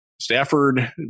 Stafford